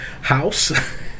house